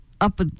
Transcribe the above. up